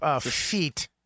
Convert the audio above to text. Feet